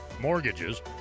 mortgages